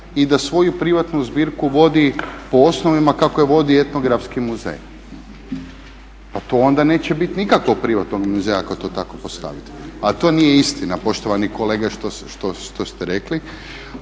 i da svoju privatnu zbirku vodi po osnovama kako je vodi Etnografski muzej. Pa to onda neće biti nikakvog privatnog muzeja ako to tako postavite, a to nije istina poštovani kolega što ste rekli.